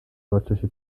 deutliche